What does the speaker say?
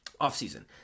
offseason